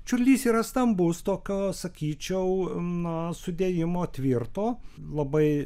čiurlys yra stambus tokio sakyčiau na sudėjimo tvirto labai